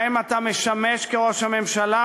שבהן אתה משמש ראש הממשלה,